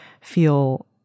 feel